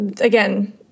again